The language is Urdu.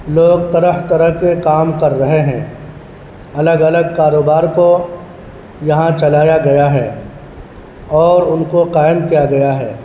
لوگ طرح طرح کے کام کر رہے ہیں الگ الگ کاروبار کو یہاں چلایا گیا ہے اور ان کو قائم کیا گیا ہے